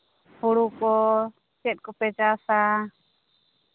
ᱦᱩᱲᱩ ᱠᱚ ᱪᱮᱫ ᱠᱚᱯᱮ ᱪᱟᱥᱼᱟ